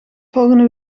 volgende